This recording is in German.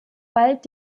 bald